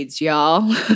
y'all